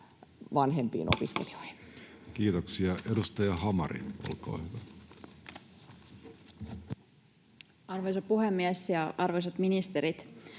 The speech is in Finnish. vanhempiin opiskelijoihin. Kiitoksia. — Edustaja Hamari, olkaa hyvä. Arvoisa puhemies ja arvoisat ministerit!